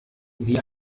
wie